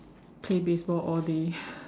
play baseball all day